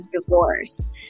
divorce